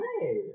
hey